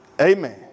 Amen